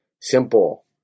Simple